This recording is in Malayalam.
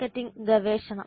മാർക്കറ്റിംഗ് ഗവേഷണം